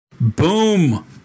Boom